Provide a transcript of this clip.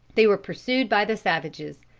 they were pursued by the savages,